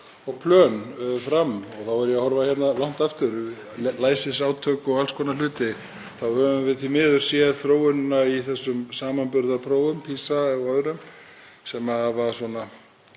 og plön, og þá er ég að horfa langt aftur, á læsisátök og alls konar hluti, þá höfum við því miður séð þróunina í þessum samanburðarprófum, PISA og öðrum, sem hafa